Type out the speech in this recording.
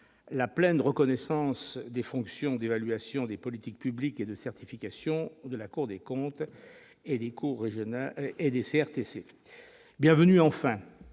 la pleine reconnaissance des fonctions d'évaluation des politiques publiques et de certification de la Cour des comptes et des chambres régionales